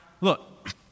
Look